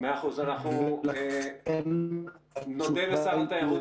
אנחנו נודה לשר התיירות